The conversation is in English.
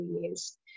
years